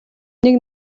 нэг